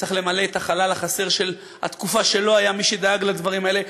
צריך למלא את החלל החסר של התקופה שלא היה מי שדאג לדברים האלה.